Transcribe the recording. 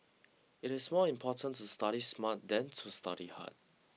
it is more important to study smart than to study hard